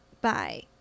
Bye